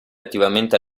attivamente